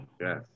Yes